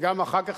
גם אחר כך.